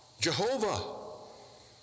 Jehovah